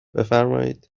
بفرمایید